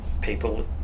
people